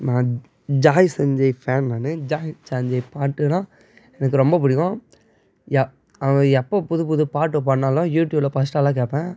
நான் ஜாய் சஞ்சய் ஃபேன் நான் ஜாய் சஞ்சய் பாட்டுன்னா எனக்கு ரொம்ப பிடிக்கும் ய அவர் எப்போ புது புது பாட்டு பாட்டுனாலும் யூடியூப்பில் ஃபஸ்ட்டாளாக கேட்பேன்